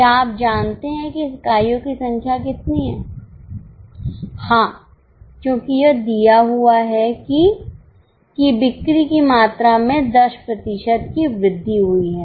क्या आप जानते हैं कि इकाइयों की संख्या कितनी है हां क्योंकि यह दिया हुआ है कि कि बिक्री की मात्रा में 10 प्रतिशत की वृद्धि हुई है